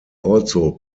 also